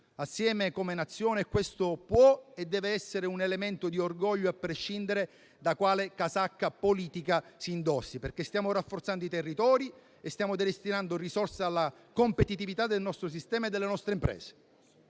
insieme come Nazione e questo può e deve essere un elemento di orgoglio a prescindere da quale casacca politica si indossi, perché stiamo rafforzando i territori e stiamo destinando risorse alla competitività del nostro sistema e delle nostre imprese.